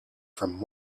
from